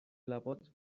لبات